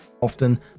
often